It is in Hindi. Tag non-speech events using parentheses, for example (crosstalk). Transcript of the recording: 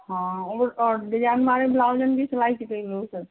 हाँ और और डिजाइन वाले ब्लाउज़न भी (unintelligible)